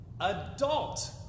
Adult